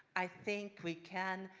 i think we can